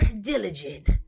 diligent